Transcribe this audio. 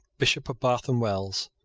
bishop of bath and wells,